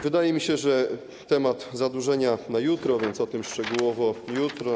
Wydaje mi się, że temat zadłużenia będzie jutro, więc o tym szczegółowo jutro.